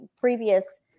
previous